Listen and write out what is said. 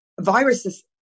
viruses